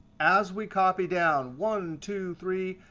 as we copy down, one, two, three,